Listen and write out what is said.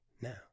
now